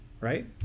right